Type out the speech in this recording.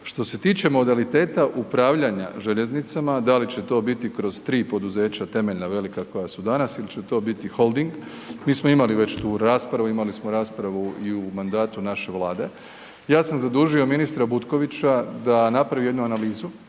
Što se tiče modaliteta upravljanja željeznicama, da li će to biti kroz 3 poduzeća temeljna, velika koja su danas ili će to biti holding, mi smo imali već tu raspravu, imali smo raspravu i u mandatu naše Vlade, ja sam zadužio ministra Butkovića da napravi jednu analizu